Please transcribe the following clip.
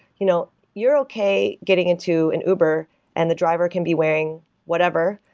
you know you're okay getting into and uber and the driver can be weighing whatever,